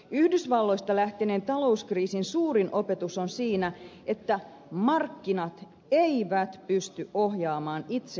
yhdysvalloista lähteneen talouskriisin suurin opetus on siinä että markkinat eivät pysty ohjaamaan itse itseään